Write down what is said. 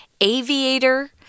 aviator